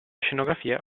scenografia